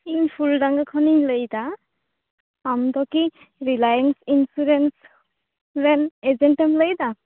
ᱤᱧ ᱥᱩᱭᱰᱟᱸᱜᱟ ᱠᱷᱚᱱᱤᱧ ᱞᱟ ᱭᱮᱫᱟ ᱟᱢᱫᱚ ᱠᱤ ᱨᱤᱞᱟᱭᱮᱱᱥ ᱤᱱᱥᱩᱨᱮᱱᱥ ᱨᱮᱱ ᱮᱡᱮᱱᱴᱮᱢ ᱞᱟ ᱭᱮᱫᱟ